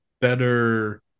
better